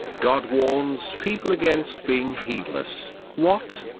god warns people against being heedless what!